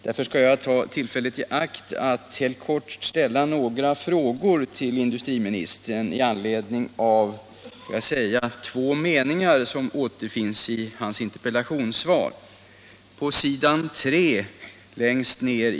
Därför skall jag ta tillfället i akt att helt kort ställa några frågor till industriministern i anledning av två meningar som återfinns i hans interpellationssvar.